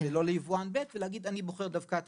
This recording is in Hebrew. ולא ליבואן ב' ולהגיד "אני בוחר דווקא את